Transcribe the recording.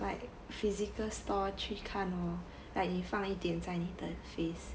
like physical store 去看 like 你放一点在你的 face